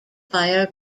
fire